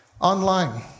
online